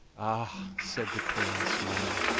ah! said the queen, smiling,